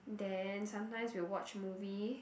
then sometimes we'll watch movie